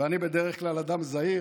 ואני בדרך כלל אדם זהיר,